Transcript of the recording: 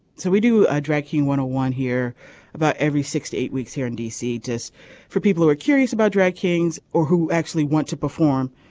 so we do a drag king one to one here about every six to eight weeks here in d c. just for people who are curious about drag kings or who actually want to perform.